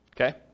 Okay